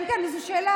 כן, כן, זו שאלה.